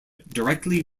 directly